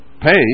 pay